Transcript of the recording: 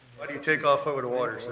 why don't you take off over the water,